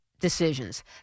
decisions